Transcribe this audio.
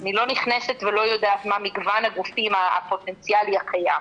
אני לא נכנסת ולא יודעת מה מגוון הגופים הפוטנציאלי הקיים.